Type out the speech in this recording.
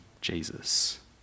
Jesus